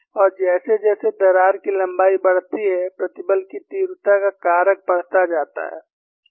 और जैसे जैसे दरार की लंबाई बढ़ती है प्रतिबल की तीव्रता का कारक बढ़ता जाता है